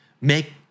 make